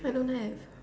I don't have